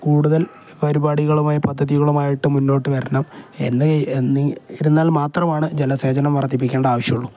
കൂടുതൽ പരിപാടികളുമായി പദ്ധതികളുമായിട്ട് മുന്നോട്ട് വരണം ഇരുന്നാൽ മാത്രമാണ് ജലസേചനം വർദ്ധിപ്പിക്കേണ്ട ആവശ്യമുള്ളൂ